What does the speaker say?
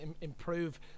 improve